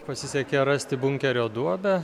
pasisekė rasti bunkerio duobę